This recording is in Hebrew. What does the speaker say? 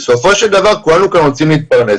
בסופו של דבר, כולנו כאן רוצים להתפרנס.